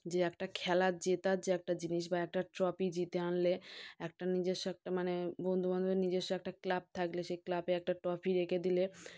যে একটা খেলার জেতার যে একটা জিনিস বা একটা ট্রফি জিতে আনলে একটা নিজস্ব একটা মানে বন্ধু বান্ধবের নিজস্ব একটা ক্লাব থাকলে সে ক্লাবে একটা ট্রফি রেখে দিলে